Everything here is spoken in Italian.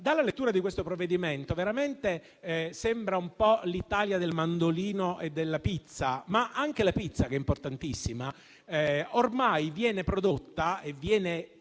Dalla lettura di questo provvedimento veramente sembra un po' l'Italia del mandolino e della pizza, che pure è importantissima e ormai viene prodotta e viene pensata,